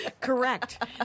correct